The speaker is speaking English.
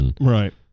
Right